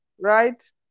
right